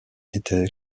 étaient